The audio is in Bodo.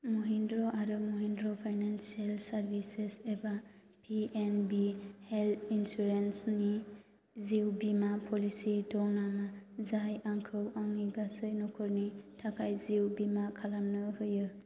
महिन्द्र आरो महिन्द्र फाइनान्सियेल सार्भिसेस एबा पिएनबि हेल्थ इन्सुरेन्सनि जिउ बीमा प'लिसि दं नामा जाय आंखौ आंनि गासै न'खरनि थाखाय जिउ बीमा खालामनो होयो